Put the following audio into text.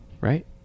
right